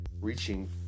reaching